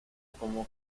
como